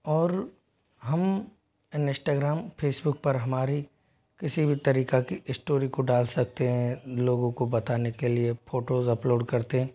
और हम Instagram Facebook पर हमारी किसी भी तरीक़े की इस्टोरी को डाल सकते हैं लोगों को बताने के लिए फोटोज़ अपलोड करते